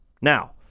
Now